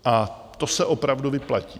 A to se opravdu vyplatí.